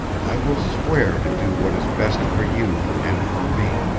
i will swear to do what is best for you and for me,